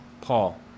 Paul